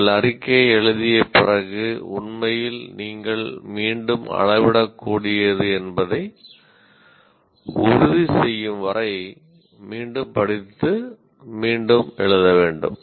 நீங்கள் அறிக்கையை எழுதிய பிறகு நீங்கள் உண்மையில் மீண்டும் அளவிடக்கூடியது என்பதை உறுதிசெய்யும் வரை மீண்டும் படித்து மீண்டும் எழுத வேண்டும்